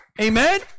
Amen